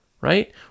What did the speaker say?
Right